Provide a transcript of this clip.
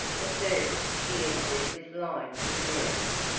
the first she entered was lined with mirrors,